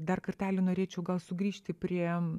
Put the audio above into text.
dar kartelį norėčiau gal sugrįžti prie